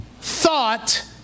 thought